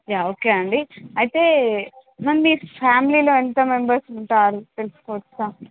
yeah okay అండి అయితే మరి మీ ఫ్యామిలీలో ఎంత మెంబర్స్ ఉంటారు తెలుసుకోవచ్చా